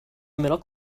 middle